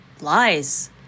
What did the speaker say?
lies